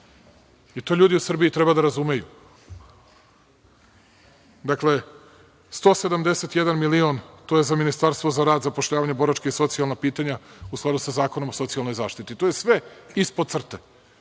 To ljudi u Srbiji treba da razumeju. Dakle, 171 milion, to je za Ministarstvo za rad, zapošljavanje, boračka i socijalna pitanja, u skladu sa Zakonom o socijalnoj zaštiti. To je sve ispod crte.